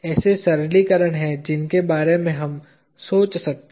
ऐसे सरलीकरण हैं जिनके बारे में हम सोच सकते हैं